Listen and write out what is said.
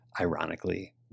ironically